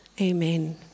Amen